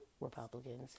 Republicans